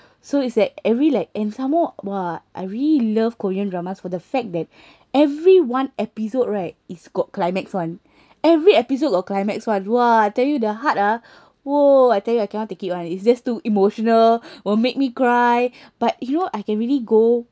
so it's like every like and some more !wah! I really love korean dramas for the fact that every one episode right is got climax one every episode got climax one !wah! I tell you the heart ah !whoa! I tell you I cannot take it [one] it's just too emotional will make me cry but you know I can really go